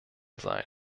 sein